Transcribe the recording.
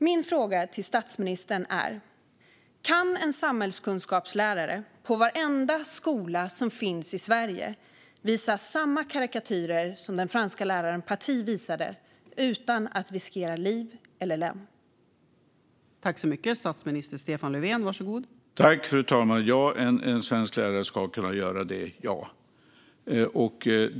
Min fråga till statsministern är: Kan en samhällskunskapslärare på varje skola som finns i Sverige visa samma karikatyrer som den franske läraren Paty visade utan att riskera liv eller lem?